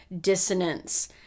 dissonance